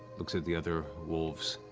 looks at the other wolves.